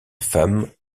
femme